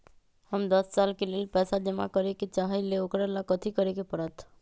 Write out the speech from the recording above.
हम दस साल के लेल पैसा जमा करे के चाहईले, ओकरा ला कथि करे के परत?